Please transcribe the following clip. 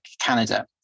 Canada